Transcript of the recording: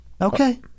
Okay